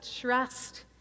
trust